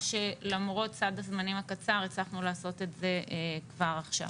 שלמרות סד הזמנים הקצר הצלחנו לעשות את זה כבר עכשיו.